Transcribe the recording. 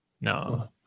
no